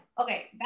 okay